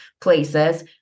places